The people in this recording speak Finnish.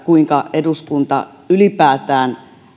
kuinka eduskunta ylipäätään